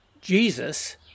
Jesus